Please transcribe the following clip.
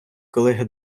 колеги